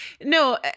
No